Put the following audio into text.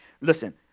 Listen